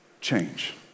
change